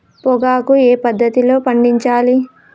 పొగాకు ఏ పద్ధతిలో పండించాలి?